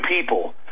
people